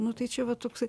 nu tai čia va toksai